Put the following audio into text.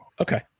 Okay